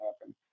happen